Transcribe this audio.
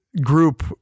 group